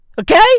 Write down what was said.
Okay